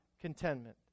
contentment